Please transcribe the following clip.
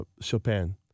chopin